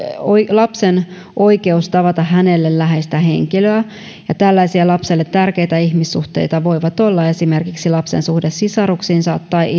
lapsen oikeus tavata hänelle läheistä henkilöä ja tällaisia lapselle tärkeitä ihmissuhteita voivat olla esimerkiksi lapsen suhde sisaruksiinsa tai